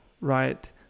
right